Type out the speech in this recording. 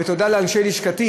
ותודה לאנשי לשכתי